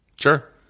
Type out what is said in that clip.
Sure